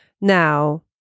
now